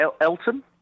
Elton